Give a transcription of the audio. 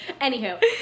Anywho